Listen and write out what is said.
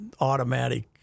Automatic